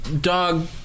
dog